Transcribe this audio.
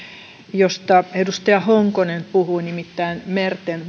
josta edustaja honkonen puhui nimittäin merten